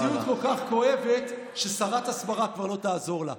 המציאות כל כך כואבת, ששרת הסברה כבר לא תעזור לך.